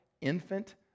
infant